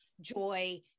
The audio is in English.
joy